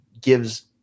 gives